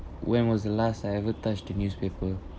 when was the last I ever touch the newspaper